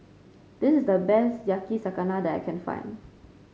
this is the best Yakizakana that I can find